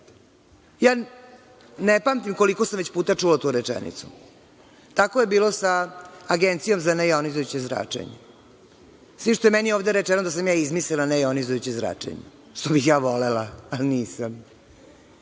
Ja ne pamtim koliko sam puta već čula tu rečenicu. Tako je bilo sa Agencijom za nejonizujuće zračenje, s tim što je meni ovde rečeno da sam ja izmislila nejonizujuće zračenje, što bih ja volela, ali nisam. Nije